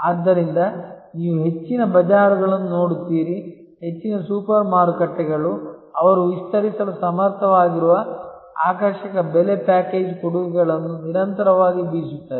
ಆದ್ದರಿಂದ ನೀವು ಹೆಚ್ಚಿನ ಬಜಾರ್ಗಳನ್ನು ನೋಡುತ್ತೀರಿ ಹೆಚ್ಚಿನ ಸೂಪರ್ ಮಾರುಕಟ್ಟೆಗಳು ಅವರು ವಿಸ್ತರಿಸಲು ಸಮರ್ಥವಾಗಿರುವ ಆಕರ್ಷಕ ಬೆಲೆ ಪ್ಯಾಕೇಜ್ ಕೊಡುಗೆಗಳನ್ನು ನಿರಂತರವಾಗಿ ಬೀಸುತ್ತವೆ